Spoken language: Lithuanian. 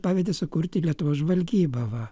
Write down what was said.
pavedė sukurti lietuvos žvalgybą va